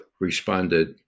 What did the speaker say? responded